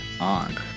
on